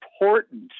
important